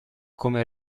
come